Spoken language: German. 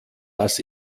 das